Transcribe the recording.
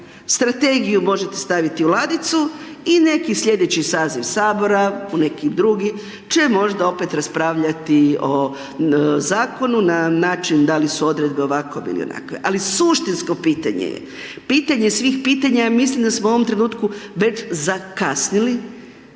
strategiju možete staviti u ladicu i neki slijedeći saziv Sabora, u neki drugi će možda opet raspravljati o zakonu na način da li su odredbe ovakve ili onakve ali suštinsko pitanje je pitanje, pitanje svih pitanja, mislim da smo u ovom trenutku već zakasnili,